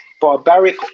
barbaric